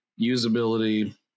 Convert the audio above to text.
usability